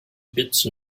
bits